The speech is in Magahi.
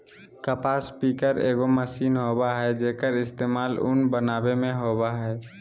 कपास पिकर एगो मशीन होबय हइ, जेक्कर इस्तेमाल उन बनावे में होबा हइ